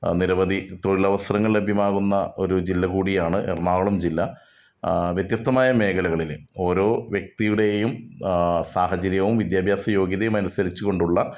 നിരവധി തൊഴിലവസരങ്ങൾ ലഭ്യമാകുന്ന ഒരു ജില്ല കൂടിയാണ് എറണാകുളം ജില്ല വ്യത്യസ്തമായ മേഖലകളിൽ ഓരോ വ്യക്തിയുടേയും സാഹചര്യവും വിദ്യാഭ്യാസ യോഗ്യതയും അനുസരിച്ചു കൊണ്ടുള്ള